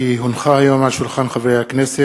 כי הונחו היום על שולחן הכנסת,